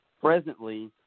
presently